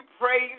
praise